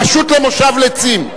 פשוט למושב לצים.